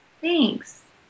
Thanks